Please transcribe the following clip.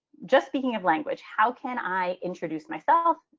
just speaking of language, how can i introduce myself?